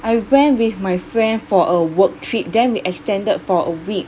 I went with my friend for a work trip then we extended for a week